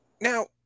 Now